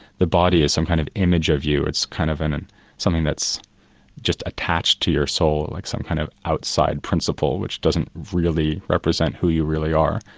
the body is some kind of image of you, it's kind of and and something that's just attached to your soul, like some kind of outside principle, which doesn't really represent who you really are.